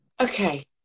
Okay